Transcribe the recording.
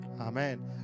Amen